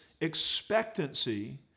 expectancy